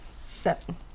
Seven